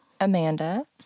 Amanda